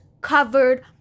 covered